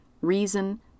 reason